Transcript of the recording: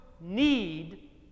need